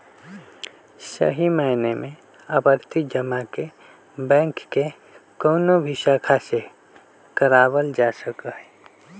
सही मायने में आवर्ती जमा के बैंक के कौनो भी शाखा से करावल जा सका हई